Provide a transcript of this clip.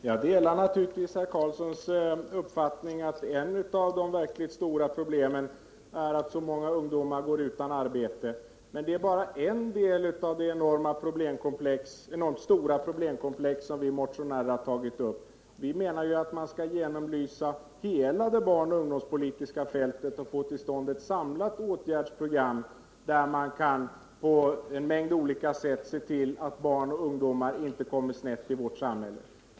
Herr talman! Jag delär naturligtvis Göran Karlssons uppfattning att ett av de verkligt stora problemen är att så många ungdomar går utan jobb. Men det är bara en del av det enormt stora problemkomplex som vi motionärer har tagit upp. Vi menar ju att man skall genomlysa hela det barnoch ungdomspolitiska fältet och få till stånd ett samlat åtgärdsprogram, där man på en mängd olika sätt kan se till att barn och ungdomar inte kommer snett i vårt samhälle.